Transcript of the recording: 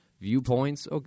viewpoints